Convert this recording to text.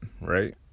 right